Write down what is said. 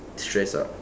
stressed out